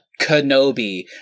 kenobi